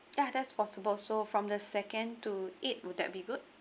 yeah that's possible so from the second to eighth would that be good